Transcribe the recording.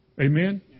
Amen